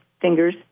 Fingers